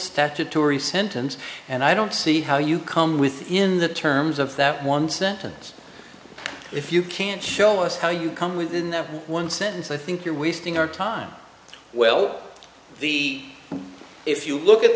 statutory sentence and i don't see how you come within the terms of that one sentence if you can show us how you come within that one sentence i think you're wasting our time well the if you look at